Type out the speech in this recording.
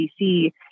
BC